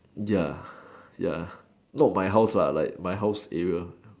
ya ya not my house like my house area